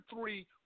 three